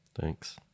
thanks